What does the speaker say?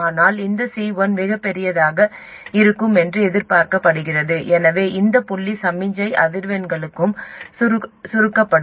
ஆனால் இந்த C1 மிகப் பெரியதாக இருக்கும் என்று எதிர்பார்க்கப்படுகிறது எனவே இந்த புள்ளி சமிக்ஞை அதிர்வெண்களுக்கு சுருக்கப்படும்